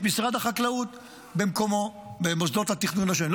משרד החקלאות במקומו במוסדות התכנון השונים,